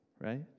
right